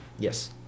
Yes